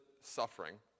suffering